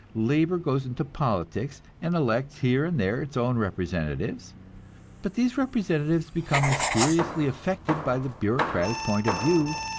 labor goes into politics, and elects here and there its own representatives but these representatives become mysteriously affected by the bureaucratic point of view,